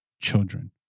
children